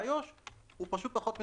באיו"ש הוא פשוט פחות מדויק.